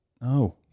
No